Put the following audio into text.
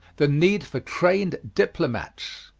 the need for trained diplomats.